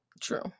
True